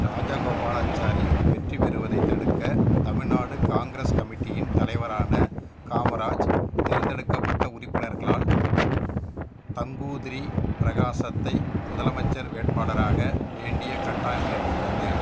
ராஜகோபாலச்சாரி வெற்றி பெறுவதை தடுக்க தமிழ்நாடு காங்கிரஸ் கமிட்டியின் தலைவரான காமராஜ் தேர்ந்தெடுக்கப்பட்ட உறுப்பினர்களால் தங்கூத்ரி பிரகாசத்தை முதலமைச்சர் வேட்பாளராக வேண்டிய கட்டாயம் ஏற்பட்டது